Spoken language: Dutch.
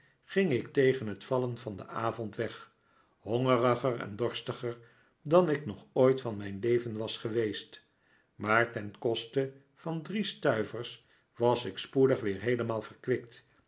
ging ik tegen het vallen van den avond weg hongeriger en dorstiger dan ik nog ooit van mijn leven was geweest maar ten koste van drie stuivers was ik spoedig weer heelemaal verkwikt